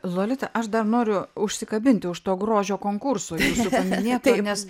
lolita aš dar noriu užsikabinti už to grožio konkurso jūsų paminėto nes